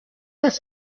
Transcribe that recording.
است